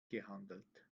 gehandelt